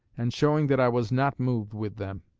and showing that i was not moved with them.